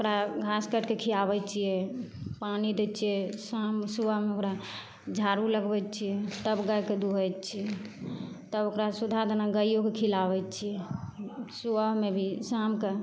ओकरा घास काटि कऽ खिआबैत छियै पानि दै छियै शाम सुबहमे ओकरा झाड़ू लगबैत छियै तब गायके दुहैत छियै तब ओकरा सुधा दाना गाइयोके खिलाबैत छियै सुबहमे भी शाम कऽ